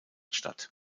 statt